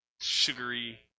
sugary